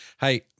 Hey